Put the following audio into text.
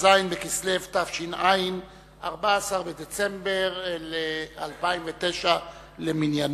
כ"ז בכסלו התש"ע, 14 בדצמבר 2009 למניינם.